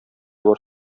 бар